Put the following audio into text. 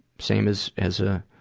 same as, as a,